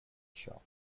shop